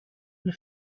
and